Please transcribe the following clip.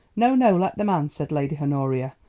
no, no let the man, said lady honoria.